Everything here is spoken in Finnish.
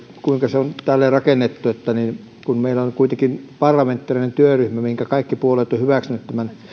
kuinka se on tällä tavalla rakennettu kun meillä on kuitenkin parlamentaarinen työryhmä minkä kaikki puolueet ovat hyväksyneet